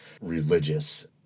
religious